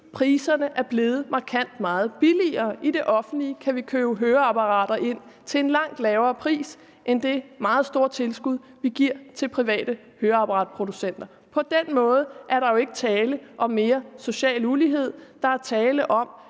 offentlige er blevet markant lavere. Inden for det offentlige kan vi indkøbe høreapparater til en langt lavere pris end det meget store tilskud, vi giver til private høreapparatproducenter. På den måde er der jo ikke tale om mere social ulighed. Der er tale om,